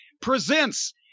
presents